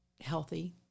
healthy